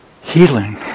healing